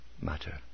matter